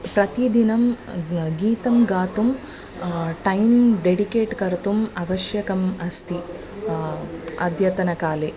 प्रतिदिनं ग गीतं गातुं टैम् डेडिकेट् कर्तुम् आवश्यकम् अस्ति अद्यतनकाले